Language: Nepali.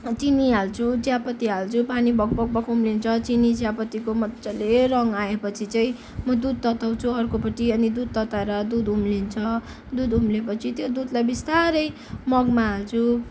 चिनी हाल्छु चियापत्ती हाल्छु पानी भक भक भक उम्लिन्छ चिनी चियापत्तिको मज्जाले रङ आएपछि चाहिँ म दुध तताउँछु अर्कोपट्टि अनि दुध तताएर दुध उम्लिनछ दुध उम्लेपछि त्यो दुधलाई बिस्तारै मगमा हाल्छु